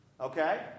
Okay